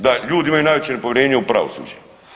Da ljudi imaju najveće povjerenje u pravosuđe.